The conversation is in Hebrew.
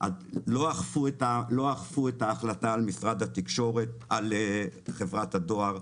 לא אכפו את ההחלטה על חברת הדואר,